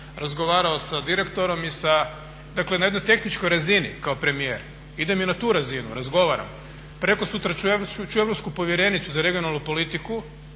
razgovarao sa direktorom, dakle na jednoj tehničkoj razini kao premijer, idem i na tu razinu, razgovaram. Prekosutra ću europsku povjerenicu za regionalnu politiku